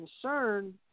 concern